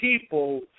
people